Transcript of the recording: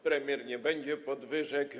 Premier: nie będzie podwyżek.